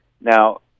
Now